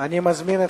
אני מזמין את